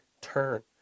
turn